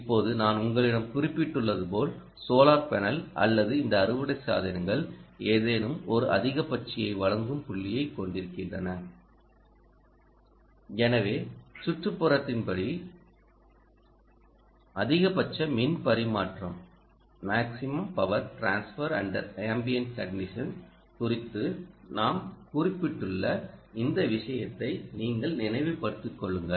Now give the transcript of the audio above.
இப்போது நான் உங்களிடம் குறிப்பிட்டுள்ளது போல் சோலார் பேனல் அல்லது இந்த அறுவடை சாதனங்கள் ஏதேனும் ஒரு அதிகபட்ச சக்தியை வழங்கும் புள்ளியைக் கொண்டிருக்கின்றன எனவே சுற்றுப்புறத்தின் படி அதிகபட்ச மின் பரிமாற்றம் குறித்து நாம் குறிப்பிட்டுள்ள இந்த விஷயத்தை நீங்கள் நினைவுபடுத்திக் கொள்ளுங்கள்